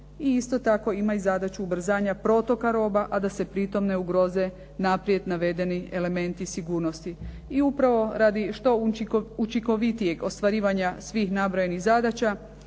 I isto tako ima i zadaću ubrzanja protoka roba, a da se pritom ne ugroze naprijed navedeni elementi sigurnosti. I upravo radi što učinkovitijeg ostvarivanja svih nabrojenih zadaća,